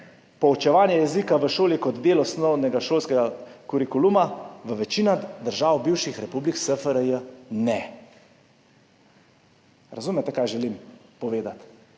Poučevanje jezika v šoli kot del osnovnega šolskega kurikuluma v večini držav bivših republik SFRJ – ne. Razumete, kaj želim povedati?